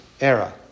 era